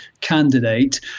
candidate